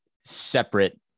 separate